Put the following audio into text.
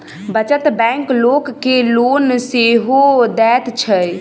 बचत बैंक लोक के लोन सेहो दैत छै